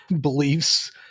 beliefs